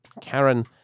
Karen